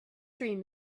dream